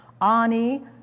ani